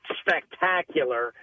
spectacular